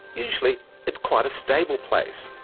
usually it's quite a stable place,